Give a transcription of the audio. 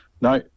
No